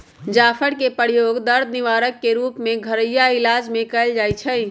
जाफर कें के प्रयोग दर्द निवारक के रूप में घरइया इलाज में कएल जाइ छइ